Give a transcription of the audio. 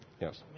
Yes